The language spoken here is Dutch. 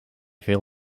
veel